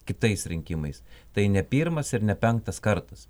kitais rinkimais tai ne pirmas ir ne penktas kartas